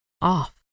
off